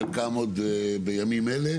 חלקם עוד בימים אלה